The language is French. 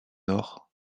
nord